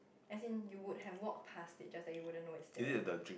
as in you would had walk pass there just that you wouldn't know is there